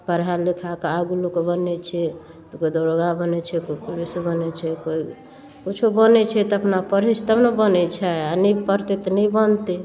पढ़ि लिखिकऽ आगू लोक बनै छै तऽ कोइ दरोगा बनै छै कोइ पुलिस बनै छै कोइ किछु बनै छै तऽ अपना पढ़ै छै तब ने बनै छै आओर नहि पढ़तै तऽ नहि बनतै